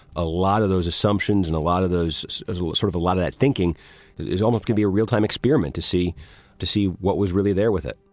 a lot of those assumptions and a lot of those as well as sort of a lot of that thinking is almost can be a real-time experiment to see to see what was really there with it